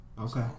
Okay